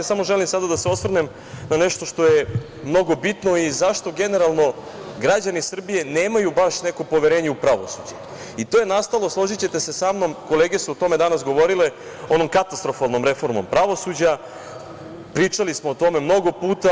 Sada želim da se osvrnem na nešto što je mnogo bitno i zašto generalno građani Srbije nemaju baš neko poverenje u pravosuđe i to je nastalo, složićete se samnom, kolege su o tome danas govorile, onom katastrofalnom reformom pravosuđa, pričali smo o tome mnogo puta.